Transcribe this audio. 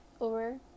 over